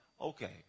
Okay